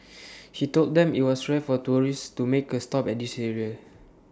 he told them IT was rare for tourists to make A stop at this area